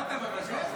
פרשת המרגל?